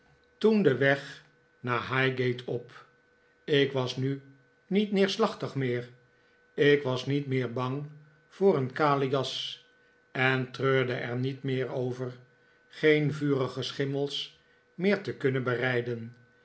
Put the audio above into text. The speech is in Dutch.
toen den weg naar highgate op ik was nu niet neerslachtig meer ik was niet meer bang vpor een kale jas en treurde er niet meer over geen vurige schimmels meer te kunnen berijden